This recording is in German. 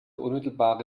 unmittelbare